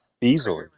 easily